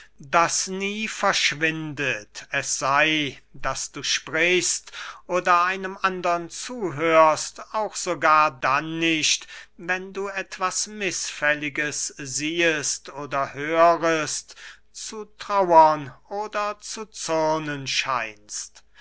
das nie verschwindet es sey daß du sprichst oder einem andern zuhörst auch sogar dann nicht wenn du etwas mißfälliges siehest oder hörest zu trauern oder zu zürnen scheinst